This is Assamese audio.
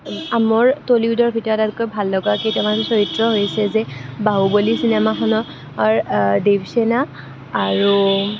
মোৰ টলিউডৰ ভিতৰত আটাইতকৈ ভাল লগা কেইটামান চৰিত্ৰ হৈছে যে বাহুবলী চিনেমাখনৰ দেৱসেনা আৰু